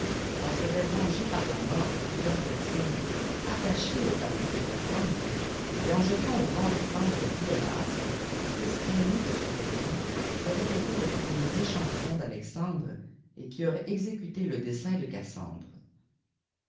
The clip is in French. s'en serait vengée par la mort e ittfeîeurs personnes attachées au parti de cassandre et en jetant iu vénft les cendres d'tolàs fils aîné de ce dernier qui avait été lé préihier échàiison d'alexandre et qui aémit exéoirté le dessein ècassand